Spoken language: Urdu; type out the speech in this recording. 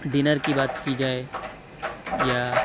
ڈنر کی بات کی جائے یا